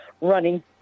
running